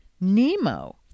Nemo